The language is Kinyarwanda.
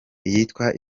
icyitwa